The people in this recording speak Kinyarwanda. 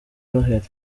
noheli